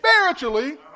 spiritually